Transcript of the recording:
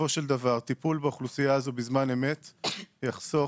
בסופו של דבר טיפול באוכלוסייה הזו בזמן אמת יחסוך